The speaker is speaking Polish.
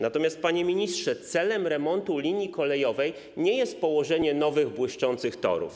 Natomiast, panie ministrze, celem remontu linii kolejowej nie jest położenie nowych, błyszczących torów.